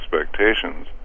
expectations